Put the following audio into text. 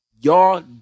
y'all